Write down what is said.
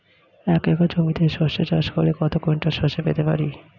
এক একর জমিতে সর্ষে চাষ করলে কত কুইন্টাল সরষে পেতে পারি?